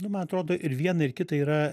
nu man atrodo ir viena ir kita yra